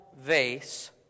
vase